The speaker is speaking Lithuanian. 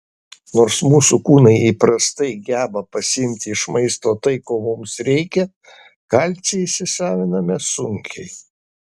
nors mūsų kūnai įprastai geba pasiimti iš maisto tai ko mums reikia kalcį įsisaviname sunkiai